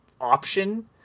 option